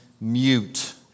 mute